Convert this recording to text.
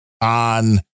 on